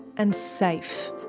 and safe.